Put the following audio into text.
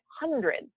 hundreds